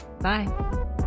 Bye